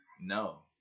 No